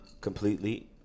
completely